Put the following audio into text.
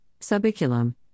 subiculum